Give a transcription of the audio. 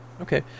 Okay